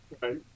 Right